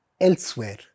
elsewhere